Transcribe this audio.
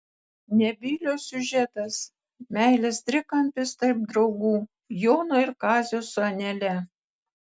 nebylio siužetas meilės trikampis tarp draugų jono ir kazio su anele